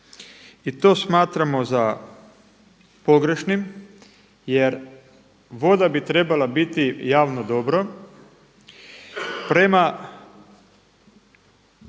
to smatramo za pogrešnim, jer voda bi trebala biti javno dobro, prema